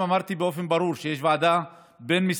אמרתי באופן ברור שיש ועדה בין-משרדית,